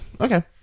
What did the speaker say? Okay